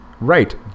Right